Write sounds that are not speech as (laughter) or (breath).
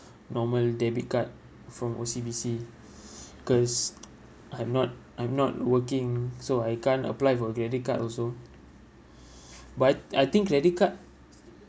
normal debit card from O_C_B_C (breath) because I'm not I'm not working so I can't apply for credit card also but I I think credit card